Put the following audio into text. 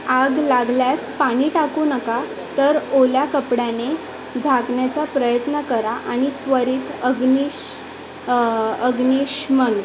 आग लागल्यास पाणी टाकू नका तर ओल्या कपड्याने झाकण्याचा प्रयत्न करा आणि त्वरित अग्निश अग्निशमन